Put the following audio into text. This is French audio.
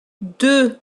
deux